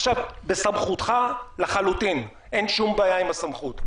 עכשיו, בסמכותך לחלוטין, אין שום בעיה עם הסמכות.